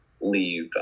leave